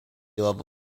level